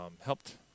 helped